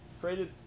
created